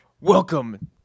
Welcome